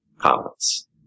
comments